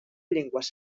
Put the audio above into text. llengües